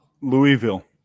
Louisville